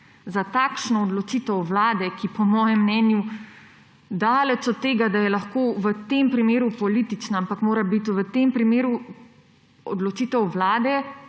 za takšno odločitev Vlade, ki po mojem mnenju daleč od tega, da je lahko v tem primeru politična, ampak mora biti v tem primeru odločitev Vlade,